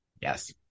Yes